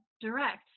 direct